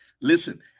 Listen